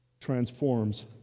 transforms